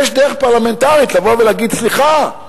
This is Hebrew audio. יש דרך פרלמנטרית לבוא ולהגיד: סליחה,